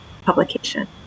publication